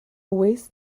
waste